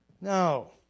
No